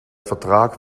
vertrag